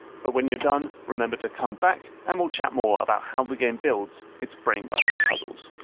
but when you're done, remember to come back, and we'll chat more about how the game builds its brain-busting puzzles